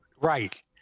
Right